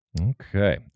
Okay